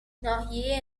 ناحیه